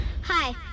hi